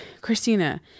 Christina